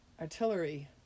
artillery